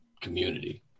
community